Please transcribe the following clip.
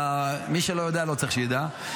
מי שלא יודע, לא צריך שידע.